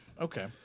Okay